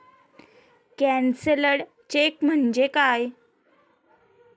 Cancelled cheque म्हणजे काय?